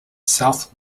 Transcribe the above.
south